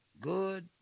Good